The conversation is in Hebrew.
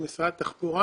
משרד התחבורה